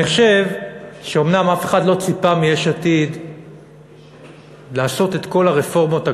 אני חושב שאומנם אף אחד לא ציפה מיש עתיד לעשות את כל הרפורמות הגדולות,